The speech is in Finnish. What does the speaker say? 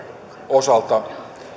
osalta